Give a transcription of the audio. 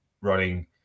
running